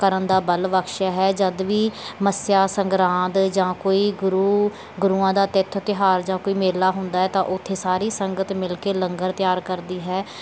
ਕਰਨ ਦਾ ਬਲ ਬਖਸ਼ਿਆ ਹੈ ਜਦ ਵੀ ਮੱਸਿਆ ਸੰਗਰਾਂਦ ਜਾਂ ਕੋਈ ਗੁਰੂ ਗੁਰੂਆਂ ਦਾ ਤਿੱਥ ਤਿਉਹਾਰ ਜਾਂ ਕੋਈ ਮੇਲਾ ਹੁੰਦਾ ਤਾਂ ਉੱਥੇ ਸਾਰੀ ਸੰਗਤ ਮਿਲ ਕੇ ਲੰਗਰ ਤਿਆਰ ਕਰਦੀ ਹੈ